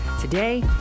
Today